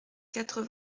quatre